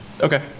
Okay